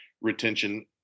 retention